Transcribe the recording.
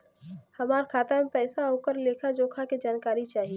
हमार खाता में पैसा ओकर लेखा जोखा के जानकारी चाही?